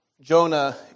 Jonah